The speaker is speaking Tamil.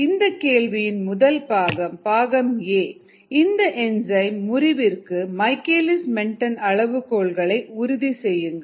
இந்த கேள்வியின் முதல் பாகம் பாகம் a இந்த என்சைம் முறிவிற்கு மைக்கேலிஸ் மென்டென் அளவுகோல்கள் ஐ உறுதி செய்யுங்கள்